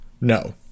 No